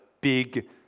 big